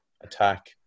attack